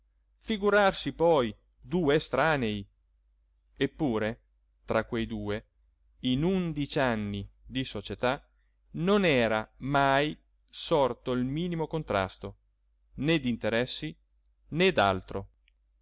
figurarsi poi due estranei eppure tra quei due in undici anni di società non era mai sorto il minimo contrasto né d'interessi né d'altro